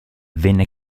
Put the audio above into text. venne